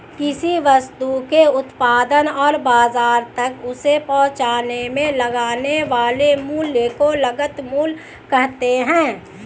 किसी वस्तु के उत्पादन और बाजार तक उसे पहुंचाने में लगने वाले मूल्य को लागत मूल्य कहते हैं